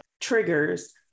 triggers